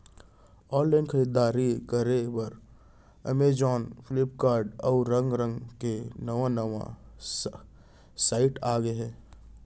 online खरीददारी करे बर अमेजॉन, फ्लिपकार्ट, अउ रंग रंग के नवा नवा साइट आगे हे